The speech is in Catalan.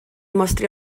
mostri